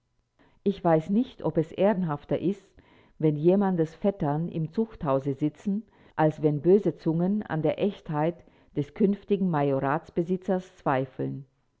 ich weiß nicht ob es ehrenhafter ist wenn jemandes vettern im zuchthause sitzen als wenn böse zungen an der echtheit des künftigen majoratsbesitzers zweifeln